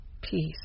Peace